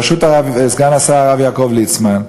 בראשות סגן השר הרב יעקב ליצמן,